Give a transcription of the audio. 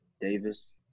Davis